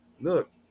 Look